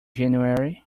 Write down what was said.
january